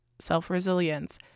self-resilience